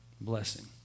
Blessing